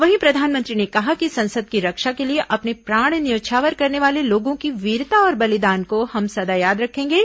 वहीं प्रधानमंत्री ने कहा कि संसद की रक्षा के लिए अपने प्राण न्यौछावर करने वाले लोगों की वीरता और बलिदान का हम सदा याद रखेंगे